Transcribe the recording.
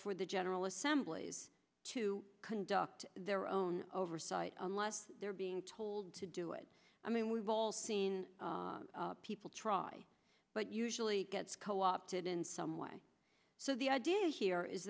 for the general assembly to conduct their own oversight unless they're being told do it i mean we've all seen people try but usually gets co opted in some way so the idea here is